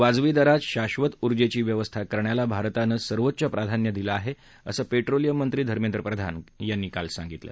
वाजवी दरात शाक्षत उर्जेची व्यवस्था करण्याला भारतानं सर्वोच्च प्राधान्य दिलं आहे असं पेट्रोलियम मंत्री धमेंद्र प्रधान यांनी काल सांगितलं